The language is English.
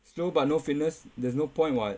slow but no fitness there's no point [what]